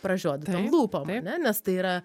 pražiodytom lūpom ane nes tai yra